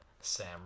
Sam